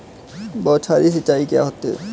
बौछारी सिंचाई क्या होती है?